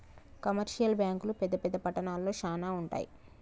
commercial బ్యాంకులు పెద్ద పెద్ద పట్టణాల్లో శానా ఉంటయ్